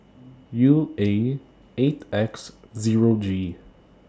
U A eight X Zero G